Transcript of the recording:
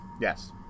Yes